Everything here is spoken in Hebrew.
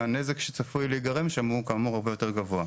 והנזק שצפוי להיגרם שם הוא כאמור הרבה יותר גבוה.